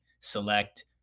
select